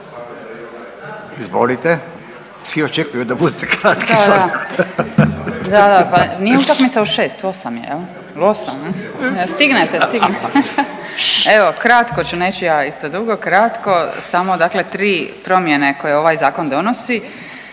Izvolite. Svi očekuju da budete kratki. **Puljak, Marijana (Centar)** Da, da. Pa nije utakmica u 6? 8? Stignete, stignete. Evo kratko ću, neću ja isto dugo, kratko. Samo, dakle tri promjene koje ovaj zakon donosi.